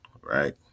right